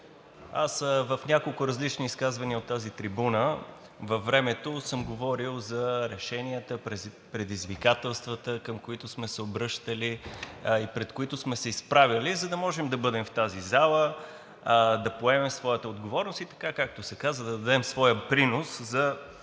аз в няколко различни изказвания от тази трибуна във времето съм говорил за решенията, за предизвикателствата, към които сме се обръщали и пред които сме се изправяли, за да можем да бъдем в тази зала, да поемем своята отговорност и така, както се казва, да дадем своя принос за